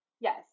Yes